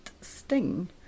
Sting